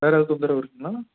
வேறு ஏதும் தொந்தரவு இருக்குதுங்களா